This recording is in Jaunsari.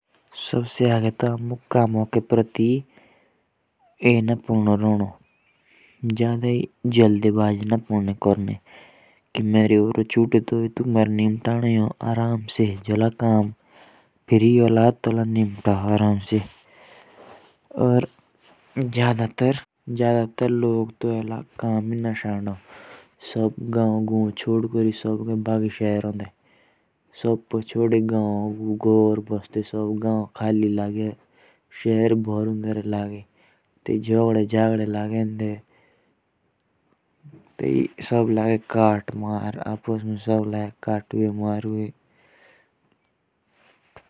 सबसे आगे तो कामोंके परी ये ना पड़नी रोणो जड़ाई जोल्दी बाजी ना पड़नी कौरनी जो मेरो यो रो छुटी और मेरो यो निम्ताणो ही होन। और जदातर लोग इला काम ही ना सांडो सब गॉव छोड़कोरी सब रे भागी शेरोंडे।